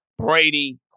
Brady